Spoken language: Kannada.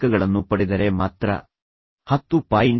ಅಂಕಗಳನ್ನು ಪಡೆದರೆ ಮಾತ್ರ ಎಂದು ಭರವಸೆ ನೀಡಿದ್ದೇನೆ